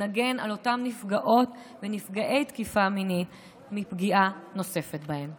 נגן על אותם נפגעות ונפגעי תקיפה מינית מפגיעה נוספת בהם.